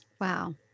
Wow